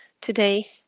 today